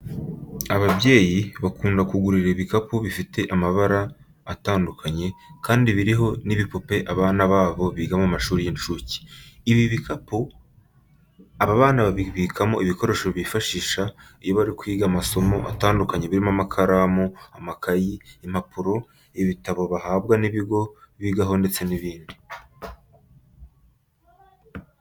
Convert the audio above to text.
Ababyeyi bakunda kugurira ibikapu bifite amabara atandukanye, kandi biriho n'ibipupe abana babo biga mu mashuri y'inshuke. Ibi bikapu aba bana babibikamo ibikoresho bifashisha iyo bari kwiga amasomo atandukanye birimo amakaramu, amakayi, impapuro, ibitabo bahabwa n'ibigo bigaho ndetse n'ibindi.